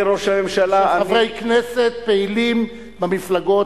ושל חברי כנסת פעילים במפלגות